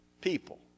people